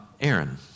Aaron